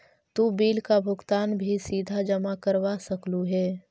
तु बिल का भुगतान भी सीधा जमा करवा सकलु हे